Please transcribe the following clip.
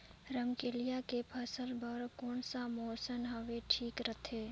रमकेलिया के फसल बार कोन सा मौसम हवे ठीक रथे?